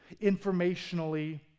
informationally